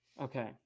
Okay